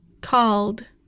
called